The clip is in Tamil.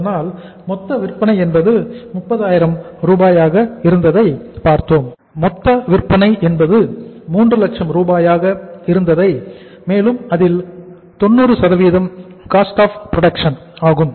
அதனால் மொத்த விற்பனை என்பது 300000 ரூபாயாக இருந்ததை பார்த்தோம் மேலும் அதில் 90 காஸ்ட் ஆஃப் ப்ரோடக்சன் ஆகும்